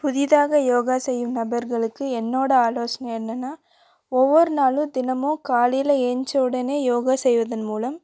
புதிதாக யோகா செய்யும் நபர்களுக்கு என்னோட ஆலோசனை என்னென்னா ஒவ்வொரு நாளும் தினமும் காலையில் ஏழுஞ்ச உடனே யோகா செய்வதன் மூலம்